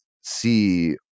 see